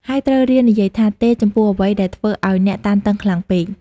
ហើយត្រូវរៀននិយាយថា "ទេ" ចំពោះអ្វីដែលធ្វើឱ្យអ្នកតានតឹងខ្លាំងពេក។